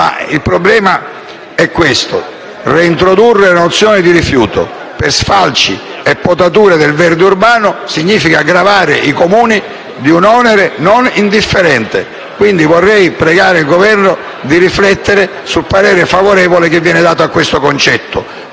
Il problema è che reintrodurre la nozione di rifiuto per sfalci e potature del verde urbano significa gravare i Comuni di un onere non indifferente, quindi vorrei pregare il Governo di riflettere sul parere favorevole che viene dato a questo concetto.